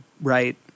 right